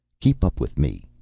keep up with me.